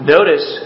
Notice